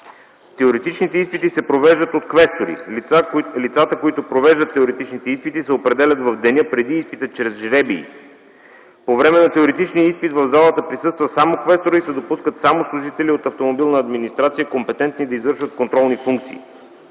Теоретичните изпити се провеждат от квестори. Лицата, които провеждат теоретичните изпити, се определят в деня преди изпита чрез жребий. По време на теоретичния изпит в залата присъства само квесторът и се допускат само служители от „Автомобилна администрация”, компетентни да извършват контролни функции.